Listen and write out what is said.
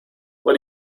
what